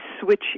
switch